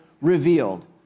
revealed